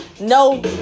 No